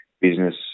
business